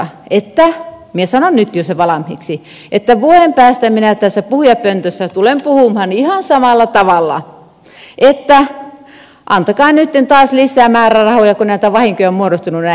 minä sanon nyt jo sen valmiiksi että vuoden päästä tässä puhujapöntössä tulen puhumaan ihan samalla tavalla että antakaa nytten taas lisää määrärahoja kun näitä vahinkoja on muodostunut näin paljon